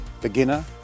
beginner